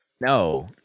No